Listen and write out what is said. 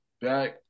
back